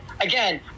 again